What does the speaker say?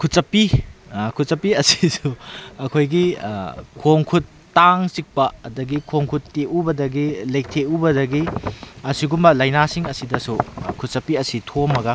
ꯈꯨꯆꯞꯄꯤ ꯈꯨꯆꯞꯄꯤ ꯑꯁꯤꯁꯨ ꯑꯩꯈꯣꯏꯒꯤ ꯈꯣꯡ ꯈꯨꯠ ꯇꯥꯡ ꯆꯤꯛꯄ ꯑꯗꯒꯤ ꯈꯣꯡ ꯈꯨꯠ ꯇꯦꯛꯎꯕꯗꯒꯤ ꯂꯩꯊꯦꯛꯎꯕꯗꯒꯤ ꯑꯁꯤꯒꯨꯝꯕ ꯂꯥꯏꯅꯥꯁꯤꯡ ꯑꯁꯤꯗꯁꯨ ꯈꯨꯆꯞꯄꯤ ꯑꯁꯤ ꯊꯣꯝꯃꯒ